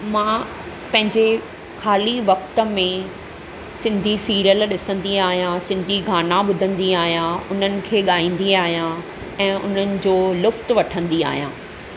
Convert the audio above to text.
मां पंहिंजे ख़ाली वक़्त में सिंधी सिरीयल ॾिसंदी आहियां सिंधी गाना ॿुधंदी आहियां उन्हनि खे ॻाईंदी आहियां ऐं उन्हनि जो लुफ़्त वठंदी आहियां